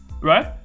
right